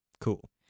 Cool